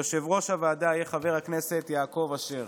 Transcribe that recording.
יושב-ראש הוועדה יהיה חבר הכנסת יעקב אשר.